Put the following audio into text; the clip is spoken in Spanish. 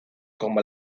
como